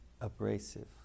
abrasive